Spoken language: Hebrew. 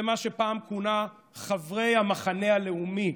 ומה שפעם כונה חברי המחנה הלאומי,